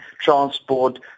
transport